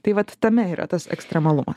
tai vat tame yra tas ekstremalumas